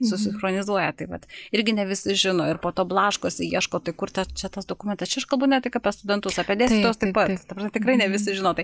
susichronizuoja tai vat irgi ne visi žino ir po to blaškosi ieško tai kur ta čia tas dokumentas čia aš kalbu ne tik apie studentus apie dėstytojus taip pat ta prasme tikrai ne visi žino tai